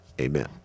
amen